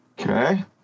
Okay